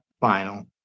final